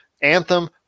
anthem